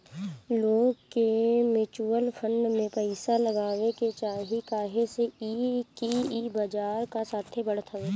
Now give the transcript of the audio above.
लोग के mutual fund में पइसा लगावे के चाही काहे से कि ई बजार कअ साथे बढ़त हवे